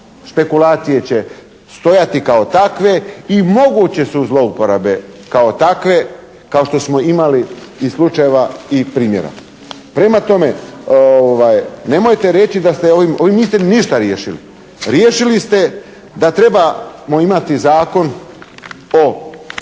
špekulacije će stajati kao takve i moguće su zlouporabe kao takve kao što smo imali i slučajeva i primjera. Prema tome, nemojte reći da ste, ovim niste ništa riješili. Riješili ste da trebamo imati Zakon o